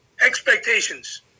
expectations